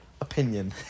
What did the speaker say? opinion